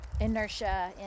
inertia